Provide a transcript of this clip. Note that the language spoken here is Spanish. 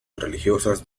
religiosas